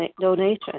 donation